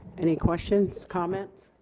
any questions, comments?